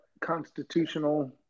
constitutional